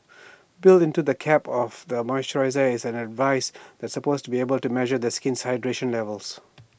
built into the cap of the moisturiser is A device that supposedly is able to measure the skin's hydration levels